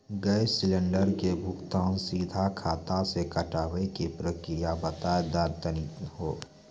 Gas cylinder के भुगतान सीधा खाता से कटावे के प्रक्रिया बता दा तनी हो?